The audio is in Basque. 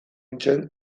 nintzen